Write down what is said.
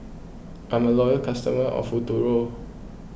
I'm a loyal customer of Futuro